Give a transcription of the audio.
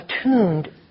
attuned